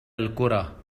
الكرة